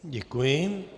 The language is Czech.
Děkuji.